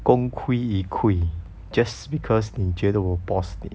功亏一篑 just because 你觉得我 pause 你